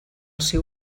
seu